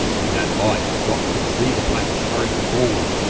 in that light dot could see the blacks hurrying forward.